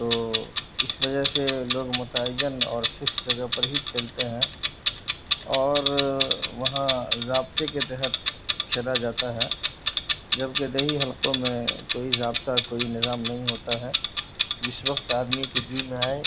تو اس وجہ سے لوگ متعین اور فکس جگہ پر ہی کھیلتے ہیں اور وہاں ضابطے کے تحت کھیلا جاتا ہے جبکہ دیہی حلقوں میں کوئی ضابطہ کوئی نظام نہیں ہوتا ہے جس وقت آدمی کے جی میں آئے